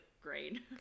great